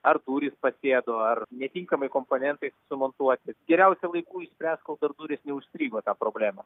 ar durys pasėdo ar netinkamai komponentai sumontuoti geriausia laiku išspręst kol dar durys neužstrigo tą problemą